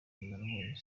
emmanuel